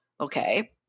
Okay